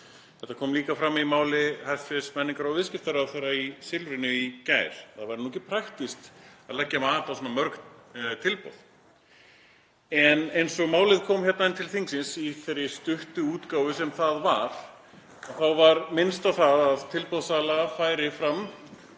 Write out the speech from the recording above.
Þetta kom líka fram í máli hæstv. menningar- og viðskiptaráðherra í Silfrinu í gær, að það væri ekki praktískt að leggja mat á svona mörg tilboð. En eins og málið kom inn til þingsins í þeirri stuttu útgáfu sem það var, var minnst á það að tilboðssala færi fram